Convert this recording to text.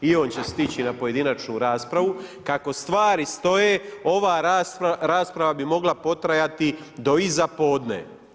I on će stići na pojedinačnu raspravu, kako stvari stoje, ova rasprava bi mogla potrajati do iza podne.